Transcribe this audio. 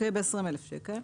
20 אלף שקלים.